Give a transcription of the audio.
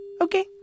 Okay